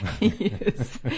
Yes